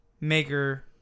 maker